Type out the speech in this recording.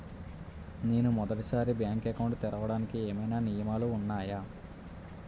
నేను మొదటి సారి బ్యాంక్ అకౌంట్ తెరవడానికి ఏమైనా నియమాలు వున్నాయా?